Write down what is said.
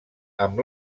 amb